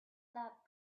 that